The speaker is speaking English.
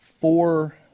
four